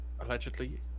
allegedly